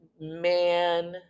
man